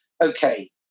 Okay